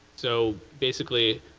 so basically,